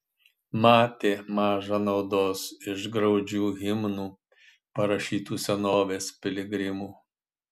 matė maža naudos iš graudžių himnų parašytų senovės piligrimų